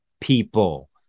People